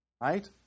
Right